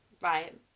right